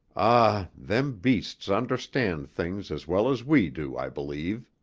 ah! them beasts understand things as well as we do, i believe.